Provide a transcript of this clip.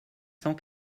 cent